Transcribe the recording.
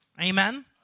Amen